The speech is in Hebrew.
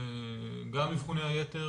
גם אבחוני היתר,